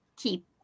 keep